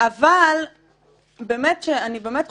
אבל אני באמת חושבת,